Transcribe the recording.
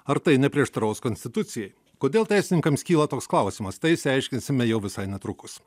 ar tai neprieštaraus konstitucijai kodėl teisininkams kyla toks klausimas tai išsiaiškinsime jau visai netrukus